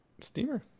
steamer